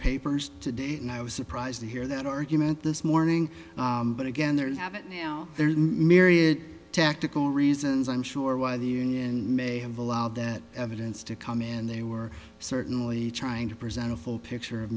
papers to date and i was surprised to hear that argument this morning but again there is have it now there are myriad tactical reasons i'm sure why the union may have allowed that evidence to come in and they were certainly trying to present a full picture of